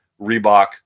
Reebok